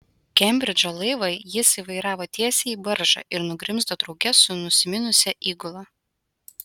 kembridžo laivą jis įvairavo tiesiai į baržą ir nugrimzdo drauge su nusiminusia įgula